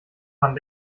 man